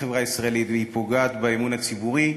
החברה הישראלית והיא פוגעת באמון הציבורי.